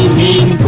mean